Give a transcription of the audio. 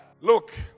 Look